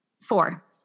four